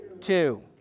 Two